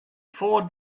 four